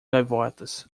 gaivotas